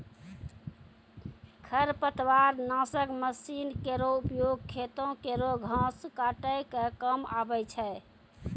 खरपतवार नासक मसीन केरो उपयोग खेतो केरो घास काटै क काम आवै छै